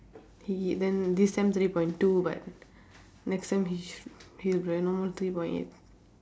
he he then this time three point two but next time he sh~ he will be like normal three point eight